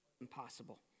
impossible